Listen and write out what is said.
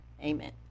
Amen